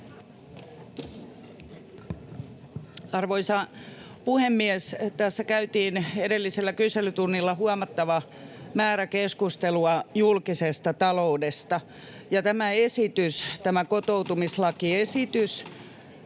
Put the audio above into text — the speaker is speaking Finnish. Arvoisa puhemies! Tässä käytiin edellisellä kyselytunnilla huomattava määrä keskustelua julkisesta taloudesta, ja tässä kotoutumislakiesityksessä